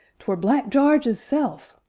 twere black jarge isself!